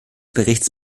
berichts